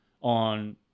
on